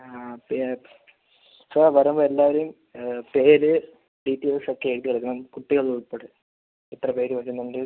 ആ പിന്നെ സാർ വരുമ്പോൾ എല്ലാവരും പേര് ഡീറ്റെയിൽസ് ഒക്കെ എഴുതി എടുക്കണം കുട്ടികൾ ഉൾപ്പെടെ എത്ര പേര് വരുന്നുണ്ട്